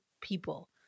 people